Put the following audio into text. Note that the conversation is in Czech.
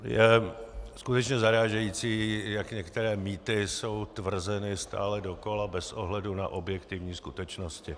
Je skutečně zarážející, jak některé mýty jsou tvrzeny stále dokola bez ohledu na objektivní skutečnosti.